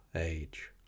age